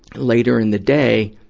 later in the day,